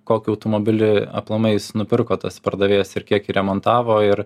kokį automobilį aplamai jis nupirko tas pardavėjas ir kiek jį remontavo ir